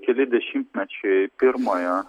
keli dešimtmečiai pirmojo